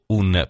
un